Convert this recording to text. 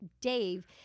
dave